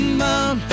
mom